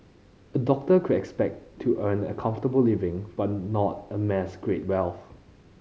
a doctor could expect to earn a comfortable living but not amass great wealth